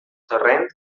torrent